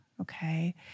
Okay